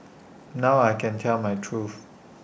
now I can tell my truth